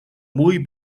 muy